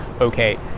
okay